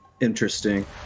interesting